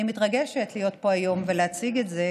אני מתרגשת להיות פה היום ולהציג את זה,